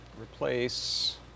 Replace